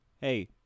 Hey